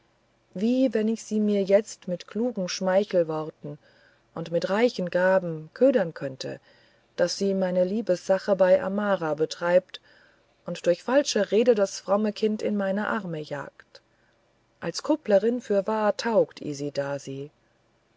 wie wenn ich sie mir jetzt mit klugen schmeichelworten und mit reichen gaben ködern könnte daß sie meine liebessache bei amara betriebe und durch falsche rede das fromme kind in meine arme jagte als kupplerin fürwahr taugt